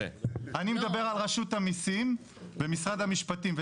אני מדבר על רשות המיסים ומשרד המשפטים.